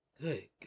good